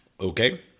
Okay